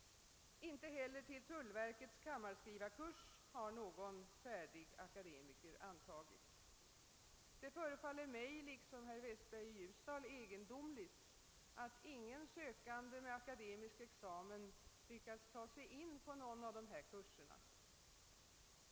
Inte heller till tullverkets kammarskrivarkurs har någon färdig akademiker antagits. Det förefaller mig liksom herr Westberg i Ljusdal egendomligt att ingen sökande med akademisk examen lyckats ta sig in på någon av dessa kurser.